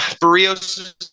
Barrios